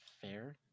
fair